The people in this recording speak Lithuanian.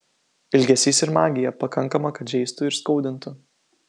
ilgesys ir magija pakankama kad žeistų ir skaudintų